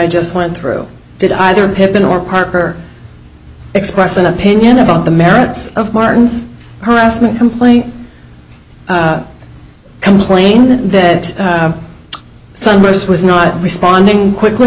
just went through did either pippin or parker express an opinion about the merits of martin's harassment complaint or complained that sunburst was not responding quickly